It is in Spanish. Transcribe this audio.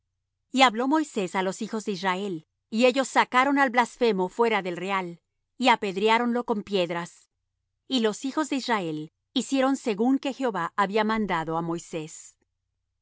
y habló moisés á los hijos de israel y ellos sacaron al blasfemo fuera del real y apedreáronlo con piedras y los hijos de israel hicieron según que jehová había mandado á moisés